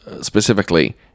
specifically